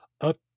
up